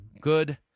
good